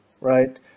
right